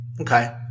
Okay